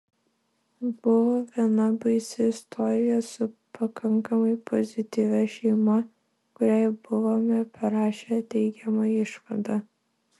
buvo viena baisi istorija su pakankamai pozityvia šeima kuriai buvome parašę teigiamą išvadą